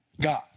God